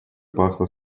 пахло